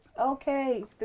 Okay